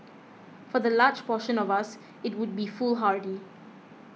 for the large portion of us it would be foolhardy